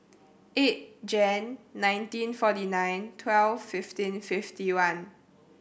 eight Jan nineteen forty nine twelve fifteen fifty one